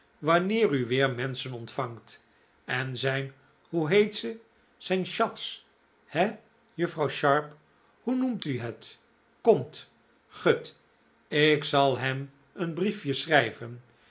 wanneer u weer menschen ontvangt en zijn hoe heet ze zijn schatz he juffrouw sharp zoo noemt u het komt gut ik zal hem een brief je schrijven